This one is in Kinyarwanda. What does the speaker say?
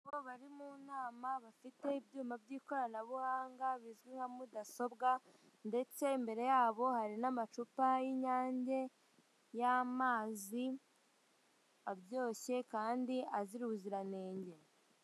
Bari mu nama bafite ibyuma by'ikoranabuhanga bizwi nka mudasobwa ndetse mbere yabo hari n'amacupa y'inyange y'amazi aryoshye kandi azira ubuziranenge.